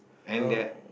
no